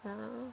ya